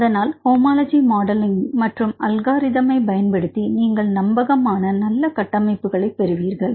அதனால் homology modelling மற்றும் அல்காரிதம்ஐ பயன்படுத்தி நீங்கள் நம்பகமான நல்ல கட்டமைப்புகளைப் பெறுவீர்கள்